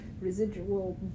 residual